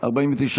נתקבלה.